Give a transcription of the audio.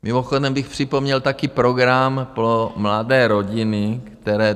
Mimochodem bych připomněl taky program pro mladé rodiny, které...